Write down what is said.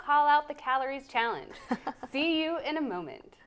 call out the calories challenge see you in a moment